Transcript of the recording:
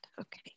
Okay